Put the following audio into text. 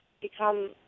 become